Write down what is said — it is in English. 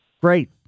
Great